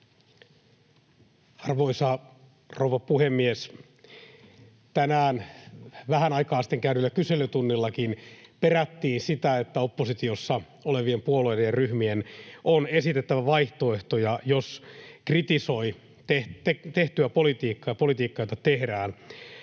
Arvoisa rouva puhemies! Tänään vähän aikaa sitten käydyllä kyselytunnillakin perättiin sitä, että oppositiossa olevien puolueiden ja ryhmien on esitettävä vaihtoehtoja, jos kritisoidaan tehtyä politiikkaa ja politiikkaa, jota tehdään.